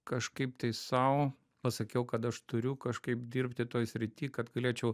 kažkaip tai sau pasakiau kad aš turiu kažkaip dirbti toj srity kad galėčiau